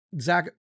Zach